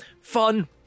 fun